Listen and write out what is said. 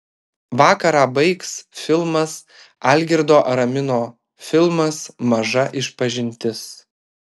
vakarą baigs filmas algirdo aramino filmas maža išpažintis